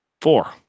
four